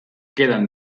queden